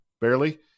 barely